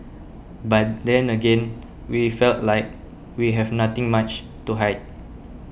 but then again we felt like we have nothing much to hide